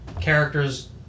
characters